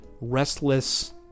restless